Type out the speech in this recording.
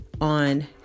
on